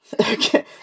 Okay